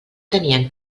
tenien